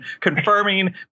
Confirming